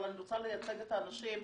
אבל אני רוצה לייצג את האנשים,